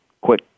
Quick